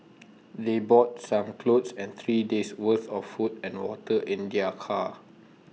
they brought some clothes and three days' worth of food and water in their car